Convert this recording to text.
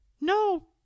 no